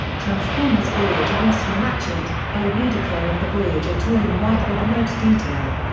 transformers voyager rescue ratchet a redeco of the voyager toy in white with red detail.